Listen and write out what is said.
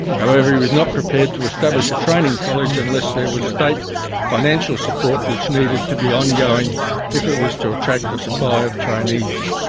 however, he was not prepared to establish a training college unless there was state financial support, which needed to be ongoing if it was to attract a supply of trainees.